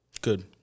Good